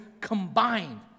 combined